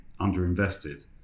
underinvested